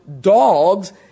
dogs